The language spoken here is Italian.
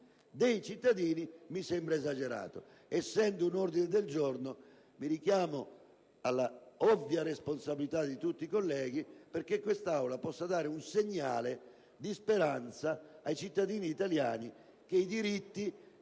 dei cittadini mi sembra esagerato. Essendo un ordine del giorno, mi richiamo all'ovvia responsabilità di tutti i colleghi perché quest'Aula possa dare un segnale di speranza ai cittadini italiani sul fatto